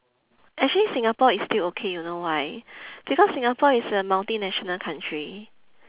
actually singapore is still okay you know why because singapore is a multinational country